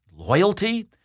Loyalty